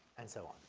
and so on.